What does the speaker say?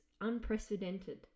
unprecedented